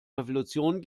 revolution